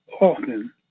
often